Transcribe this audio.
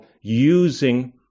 using